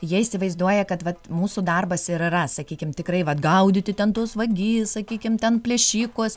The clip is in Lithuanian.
jie įsivaizduoja kad vat mūsų darbas ir yra sakykim tikrai vat gaudyti ten tuos vagis sakykim ten plėšikus